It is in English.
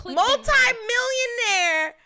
multi-millionaire